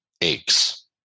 aches